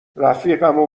رفیقمو